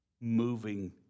moving